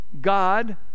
god